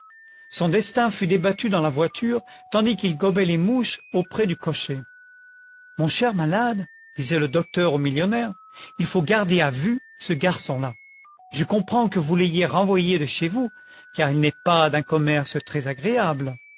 son destin fut débattu dans la voiture tandis qu'il gobait les mouches auprès du cocher mon cher malade disait le docteur au millionnaire il faut garder à vue ce garçon-là je comprends que vous l'ayez renvoyé de chez vous car il n'est pas d'un commerce